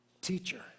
Teacher